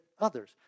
others